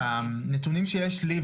הנתונים שיש לי,